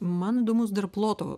man įdomus dar ploto